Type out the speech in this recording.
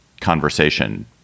conversation